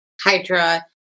Hydra